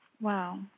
Wow